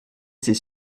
ses